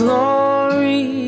Glory